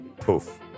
Poof